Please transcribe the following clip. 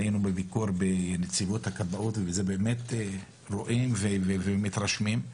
היינו בביקור בנציבות הכבאות ובאמת רואים ומתרשמים.